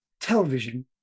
television